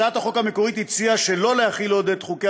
הצעת החוק המקורית הציעה שלא להחיל עוד את חוקי